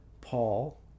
Paul